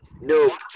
No